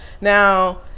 Now